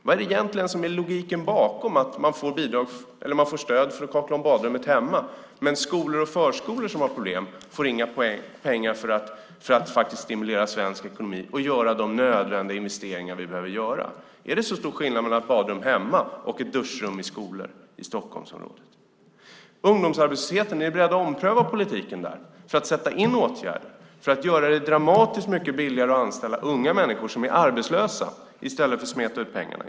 Vad är egentligen logiken bakom att man får stöd för att kakla om badrummet hemma men att skolor och förskolor som har problem inte får några pengar för att faktiskt stimulera svensk ekonomi och göra de nödvändiga investeringar som behöver göras? Är det så stor skillnad mellan ett badrum hemma och ett duschrum i en skola i Stockholmsområdet? Är ni beredda att ompröva politiken i fråga om ungdomsarbetslösheten och vidta åtgärder för att göra det dramatiskt mycket billigare att anställa unga människor som är arbetslösa i stället för att smeta ut pengarna?